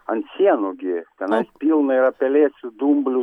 ant sienų gi tenai pilna yra pelėsių dumblių